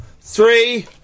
three